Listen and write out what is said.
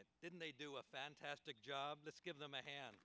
it didn't they do a fantastic job let's give them a hand